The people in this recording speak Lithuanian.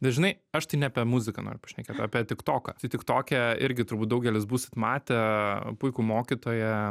bet žinai aš tai ne apie muziką noriu pašnekėt o apie tik toką tu tik toke irgi turbūt daugelis būsit matę puikų mokytoją